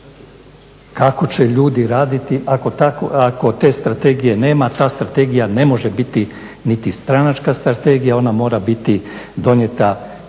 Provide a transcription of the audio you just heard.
Kako će ljudi raditi ako te strategije nema. Ta strategija ne može biti niti stranačka strategija, ona mora biti donijeta